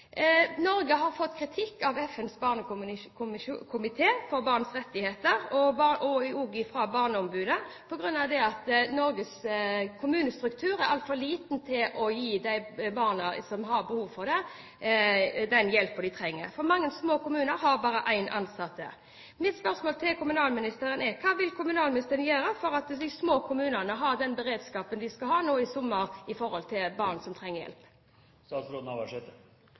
Norge har fått kritikk av FNs komité for barns rettigheter og av barneombudet på grunn av at Norges kommunestruktur er altfor liten til å gi de barna som har behov for det, den hjelpen de trenger, fordi mange små kommuner har bare én ansatt. Mitt spørsmål til kommunalministeren er: Hva vil kommunalministeren gjøre for at de små kommunene har den beredskapen de skal ha nå i sommer når det gjelder barn som trenger hjelp?